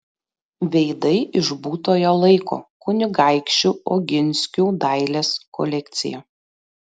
veidai iš būtojo laiko kunigaikščių oginskių dailės kolekcija